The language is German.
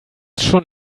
schon